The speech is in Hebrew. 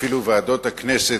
אפילו לוועדות הכנסת,